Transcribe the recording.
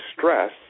stress